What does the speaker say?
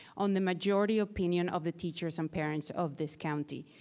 on the majority opinion of the teachers and parents of this county.